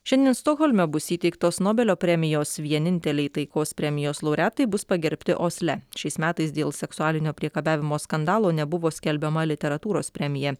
šiandien stokholme bus įteiktos nobelio premijos vieninteliai taikos premijos laureatai bus pagerbti osle šiais metais dėl seksualinio priekabiavimo skandalo nebuvo skelbiama literatūros premija